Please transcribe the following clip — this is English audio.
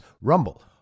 Rumble